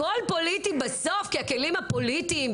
הכול פוליטי בסוף כי הכלים הפוליטיים,